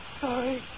sorry